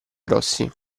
grossi